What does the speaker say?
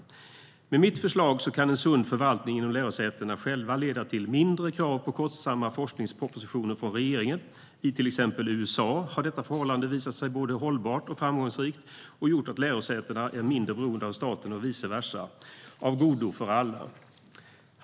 Med mitt förslag kan en sund förvaltning inom lärosätena själva leda till mindre krav på kostsamma forskningspropositioner från regeringen. I till exempel USA har detta förhållande visat sig vara både hållbart och framgångsrikt, och det har gjort att lärosätena är mindre beroende av staten och vice versa - av godo för alla.